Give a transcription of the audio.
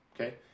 okay